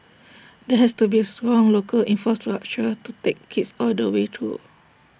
there has to be strong local infrastructure to take kids all the way through